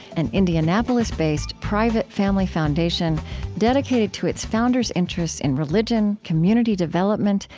an indianapolis-based, private family foundation dedicated to its founders' interests in religion, community development,